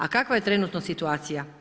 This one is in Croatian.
A kakva je trenutno situacija?